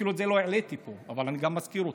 אפילו את זה לא העליתי פה, אבל אני מזכיר אותו.